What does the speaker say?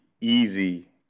easy